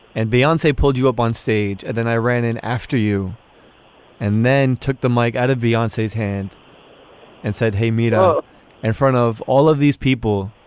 and beyonce pulled you up on stage and then i ran in after you and then took the mike out of beyonce's hand and said hey meet up in front of all of these people